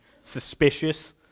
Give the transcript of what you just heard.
suspicious